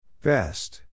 Best